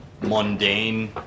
mundane